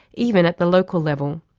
even at the local level.